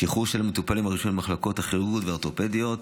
בשחרור הראשון של המטופלים מהמחלקות הכירורגיות והאורתופדיות.